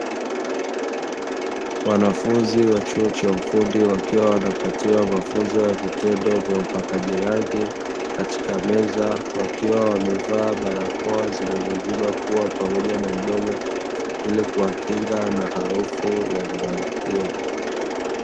Wanafunzi wa chuo cha ufundi wakiwa wanapatiwa mafunzo ya vitendo vya upakaji rangi katika meza, wakiwa wamevaa barakoa zinazoziba pua pamoja na mdomo ili kuwakinga na harufu ya rangi hiyo.